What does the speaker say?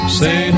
say